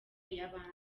y’abandi